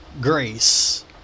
grace